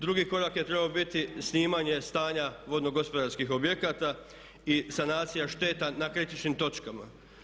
Drugi korak je trebao biti snimanje stanja vodno gospodarskih objekata i sanacija šteta na kritičnim točkama.